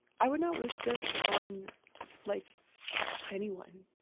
i would not wish this on like anyone,